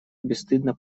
бесстыдно